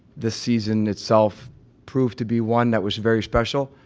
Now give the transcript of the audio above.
this season itself proved to be one that was very special,